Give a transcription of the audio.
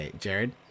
Jared